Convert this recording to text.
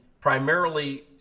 primarily